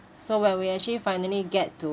so when we actually finally get to